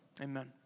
Amen